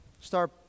start